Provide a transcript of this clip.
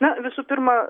na visų pirma